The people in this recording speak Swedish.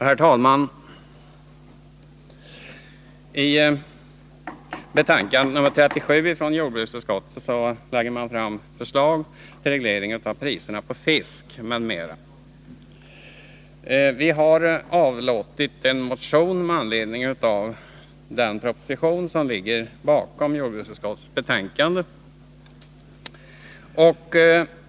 Herr talman! I jordbruksutskottets betänkande nr 37 framläggs förslag om reglering av priserna på fisk m.m. Vi har inlämnat en motion med anledning av den proposition som ligger bakom detta jordbruksutskottets betänkande.